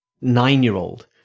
nine-year-old